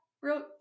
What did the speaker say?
real